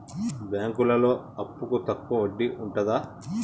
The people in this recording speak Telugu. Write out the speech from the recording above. బ్యాంకులలో అప్పుకు తక్కువ వడ్డీ ఉంటదా?